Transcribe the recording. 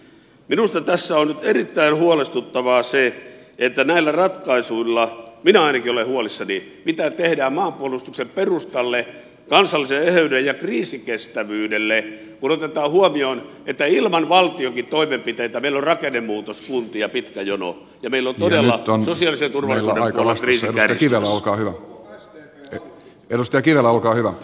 minusta tässä on nyt erittäin huolestuttavaa se että näillä ratkaisuilla minä ainakin olen huolissani mitä tehdään maanpuolustuksen perustalle kansalliselle eheydelle ja kriisikestävyydelle kun otetaan huomioon että ilman valtionkin toimenpiteitä meillä on rakennemuutoskuntia pitkä jono ja meillä on se silti tulla alas tulisi todella sosiaalisen turvallisuuden puolella kriisi kärjistymässä